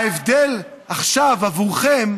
ההבדל עכשיו עבורכם,